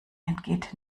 entgeht